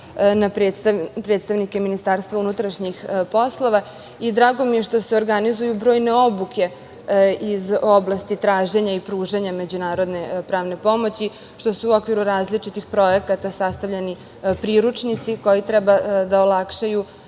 na predstavnike MUP-a. Drago mi je što se organizuju brojne obuke iz oblasti traženja i pružanja međunarodne pravne pomoći, što su u okviru različitih projekata sastavljeni priručnici koji treba da olakšaju